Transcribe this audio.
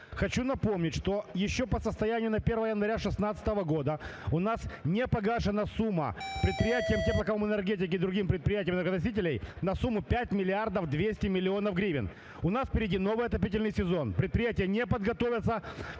Хочу напомнить, что еще по состоянию на 1 января 2016 года у нас не погашена сумма предприятиям теплокомунэнергетики и другим предприятиям энергоносителей на сумму 5 миллиардов 200 миллионов гривен. У нас впереди новый отопительный сезон. Предприятия не подготовятся